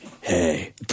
hey